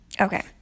Okay